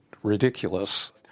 ridiculous